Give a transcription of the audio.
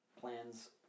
plans